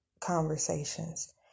conversations